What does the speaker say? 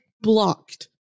blocked